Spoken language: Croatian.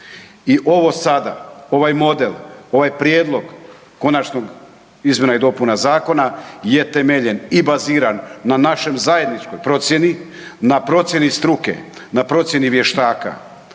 I ovo sada, ovaj model, ovaj prijedlog konačnih izmjena i dopuna zakona je temeljen i baziran na našoj zajedničkoj procjeni, na procjeni struke, na procjeni vještaka